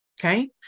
Okay